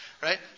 Right